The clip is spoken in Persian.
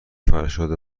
فرشاد